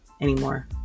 anymore